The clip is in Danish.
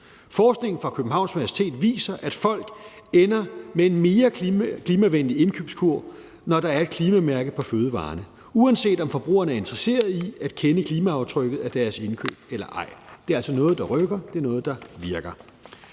Forskning fra Københavns Universitet viser, at folk ender med en mere klimavenlig indkøbskurv, når der er et klimamærke på fødevarerne, uanset om forbrugerne er interesserede i at kende klimaaftrykket af deres indkøb eller ej. Det er altså noget, der rykker, det er noget, der virker.